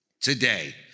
Today